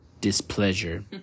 displeasure